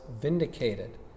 vindicated